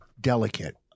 delicate